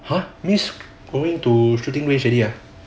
!huh! then is going to shooting range already ah